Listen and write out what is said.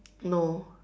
no